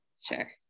Sure